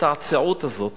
ההצטעצעות הזאת